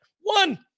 One